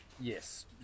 Yes